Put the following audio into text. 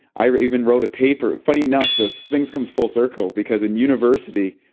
i even wrote a paper, funny enough, those things comes full circle because in university,